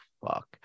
fuck